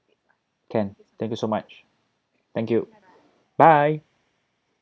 can thank you so much thank you bye